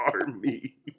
army